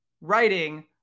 writing